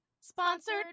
sponsored